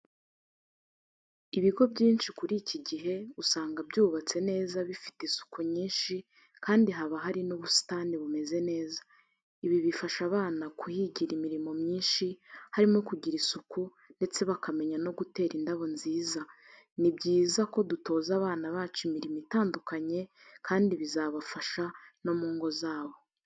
Ibigo byinshi kuri iki gihe usanga byubatse neza bifite isuku nyinshi kandi haba hari n'ubusitani bumeze neza, ibi bifasha abana kuhigira imirimo myinshi harimo kugira isuku ndetse bakamenya no gutera indabo nziza, ni byiza ko dutoza abana bacu imirimo itandukanye kandi bizabafasha no mu ngo zabo.